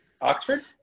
Oxford